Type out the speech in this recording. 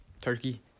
turkey